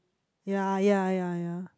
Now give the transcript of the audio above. ya ya ya ya